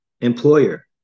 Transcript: employer